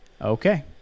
Okay